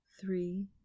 three